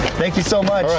thank you so much,